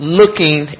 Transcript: looking